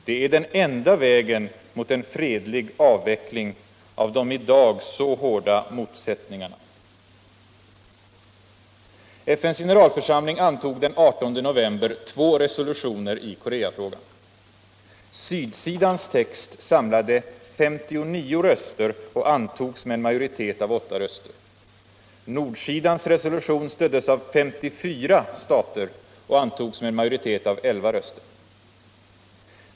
Det är den enda vägen mot en fredlig avveckling av de i dag så hårda motsättningarna. FN:s generalförsamling antog den 18 november två resolutioner i Koreafrågan. Sydsidans text samlade 59 röster och antogs med en majoritet av 8 röster. Nordsidans resolution stöddes av 54 stater och antogs med en majoritet av 11 röster.